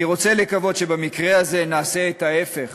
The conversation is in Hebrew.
אני רוצה לקוות שבמקרה הזה נעשה את ההפך